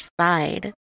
side